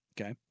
Okay